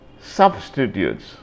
substitutes